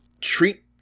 treat